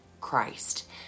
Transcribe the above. Christ